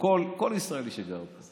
כל ישראלי שגר פה.